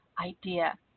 idea